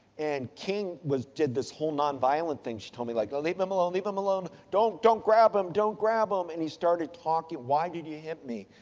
and, king was, did this whole nonviolent thing, she told me like, oh leave him him alone, leave him alone, don't don't grab him, don't grab him. and, he started talking, why did you hit me?